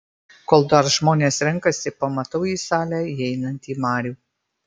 kol dar žmonės renkasi pamatau į salę įeinantį marių